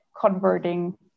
converting